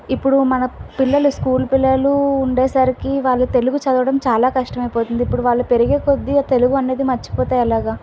ఇప్పుడు మన పిల్లలు స్కూల్ పిల్లలు ఉండేసరికి వాళ్ళ తెలుగు చదవడం చాలా కష్టమైపోతుంది ఇప్పుడు వాళ్లు పెరిగేకొద్ది తెలుగు అనేది మర్చిపోతే ఎలాగా